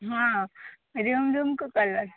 ହଁ ରୁମ୍ ରୁମ୍କୁ କଲର୍